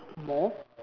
more